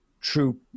true